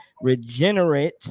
regenerate